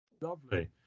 Lovely